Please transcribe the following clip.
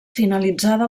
finalitzada